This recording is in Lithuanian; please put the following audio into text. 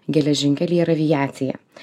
geležinkeliai ir aviacija